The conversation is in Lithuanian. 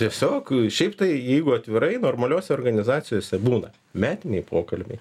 tiesiog šiaip tai jeigu atvirai normaliose organizacijose būna metiniai pokalbiai